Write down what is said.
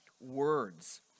words